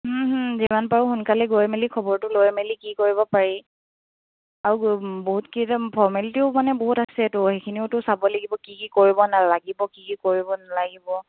যিমান পাৰোঁ সোনকালে গৈ মেলি খবৰটো লৈ মেলি কি কৰিব পাৰি আৰু বহুত কি ফৰ্মেলিটিও মানে বহুত আছেতো সেইখিনিওতো চাব লাগিব কি কি কৰিব নালাগিব কি কি কৰিব নালাগিব